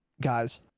guys